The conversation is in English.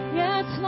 yes